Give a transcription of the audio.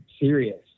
serious